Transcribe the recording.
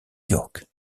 york